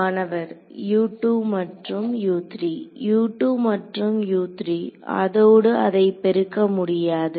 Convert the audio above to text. மாணவர் மற்றும் மற்றும் அதோடு அதை பெருக்க முடியாது